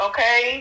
Okay